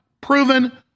proven